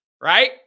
right